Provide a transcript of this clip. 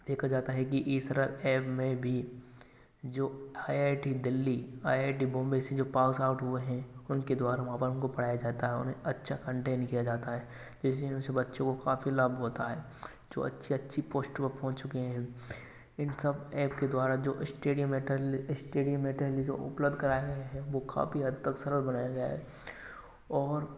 देखा जाता है कि ई सरल एप में भी जो I I T Delhi I I T Bombay से जो पास आउट हुए हैं उनके द्वारा वहाँ पर उनको पढ़ाया जाता है उन्हें अच्छा कंटेन्ट किया जाता है इसलिए उस बच्चों को काफी लाभ होता है जो अच्छी अच्छी पोस्ट पर पहुँच चुके हैं इन सब एप के द्वारा जो स्टडी मेटेरियल स्टडी मेटेरियल जो उपलब्ध कराया गया है वो काफी हद तक सरल बनाया गया है और